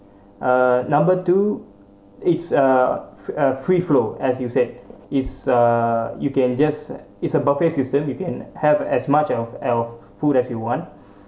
uh number two it's uh free uh free flow as you said it's uh you can just uh it's a buffet system you can have as much of of food as you want